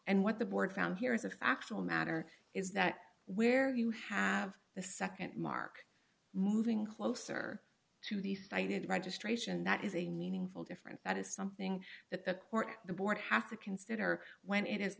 and what the board found here is a factual matter is that where you have the nd mark moving closer to the cited registration that is a meaningful difference that is something that the court the board have to consider when it is